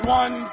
one